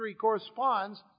corresponds